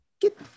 Get